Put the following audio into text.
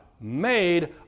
made